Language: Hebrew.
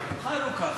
חנוכה.